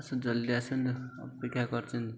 ଆସ ଜଲ୍ଦି ଆସନ୍ତୁ ଅପେକ୍ଷା କରିଛନ୍ତି